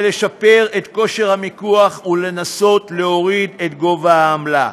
לשפר את כושר המיקוח ולנסות להוריד את העמלה.